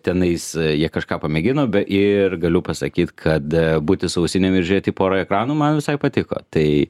tenais jie kažką pamėgino ir galiu pasakyt kad būti su ausinėm ir žiūrėti į porą ekranų man visai patiko tai